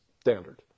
standard